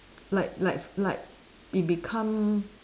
like like like it become